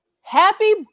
Happy